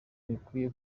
ntibikwiye